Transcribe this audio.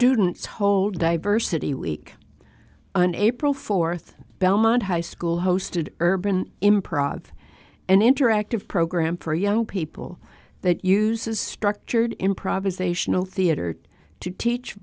didn't tote diversity week and april fourth belmont high school hosted urban improv an interactive program for young people that uses structured improvisational theater to teach